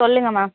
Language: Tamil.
சொல்லுங்க மா